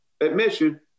admission